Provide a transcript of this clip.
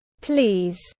Please